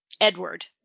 Edward